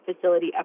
facility